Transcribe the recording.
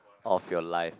of your life